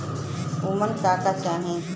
उमन का का चाही?